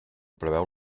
preveu